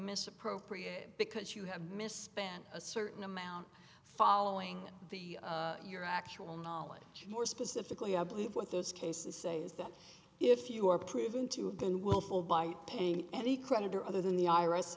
misappropriated because you have misspent a certain amount following the your actual knowledge more specifically i believe with those cases say's that if you are proven to have been willful by paying any creditor other than the iris